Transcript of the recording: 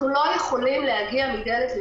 זה לא פשוט לאדם מן היישוב לשבת כול כך הרבה זמן בבית.